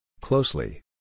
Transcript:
Closely